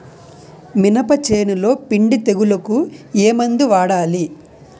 మినప చేనులో పిండి తెగులుకు ఏమందు వాడాలి?